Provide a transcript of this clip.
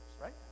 right